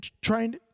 trying